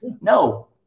No